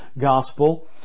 gospel